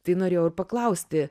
tai norėjau paklausti